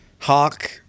Hawk